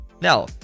Now